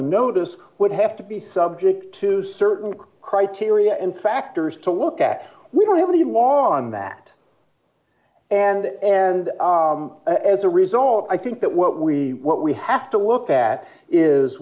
those would have to be subject to certain criteria and factors to look at we don't have the law on that and and as a result i think that what we what we have to look at is